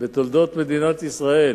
בתולדות מדינת ישראל,